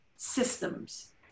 systems